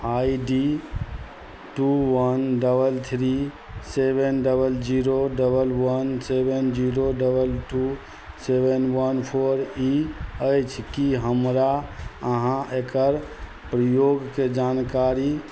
आइ D two one double three seven double zero double one seven zero double two seven one four ई अछि की हमरा अहाँ एकर प्रयोगके जानकारी